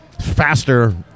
faster